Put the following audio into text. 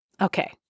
Okay